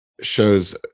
shows